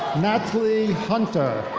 nathalie hunter.